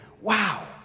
Wow